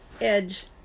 edge